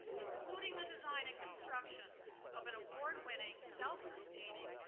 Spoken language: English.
including the design and construction of an award-winning, self-sustaining,